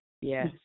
Yes